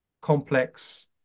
complex